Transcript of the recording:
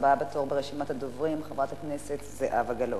הבאה בתור ברשימת הדוברים, חברת הכנסת זהבה גלאון.